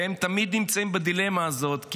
הן תמיד נמצאות בדילמה הזאת,